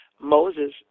Moses